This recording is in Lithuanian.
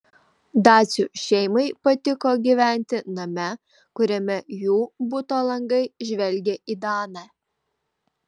dacių šeimai patiko gyventi name kuriame jų buto langai žvelgė į danę